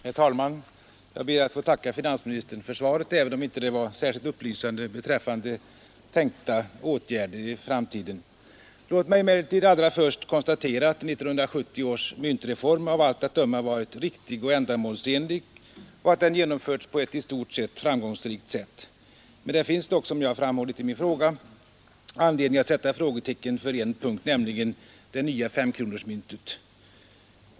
Herr talman! Jag ber att få tacka finansministern för svaret, även om det inte var särskilt upplysande beträffande tänkta åtgärder i framtiden. Låt mig emellertid allra först konstatera att 1970 års myntreform av allt att döma varit riktig och ändamålsenlig och att den genomförts på ett i stort sett framgångsrikt sätt. Det finns dock, som jag har framhållit i min fråga, anledning att sätta frågetecken för en punkt, nämligen det nya femkronorsmyntet.